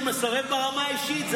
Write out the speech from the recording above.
הוא מסרב ברמה האישית.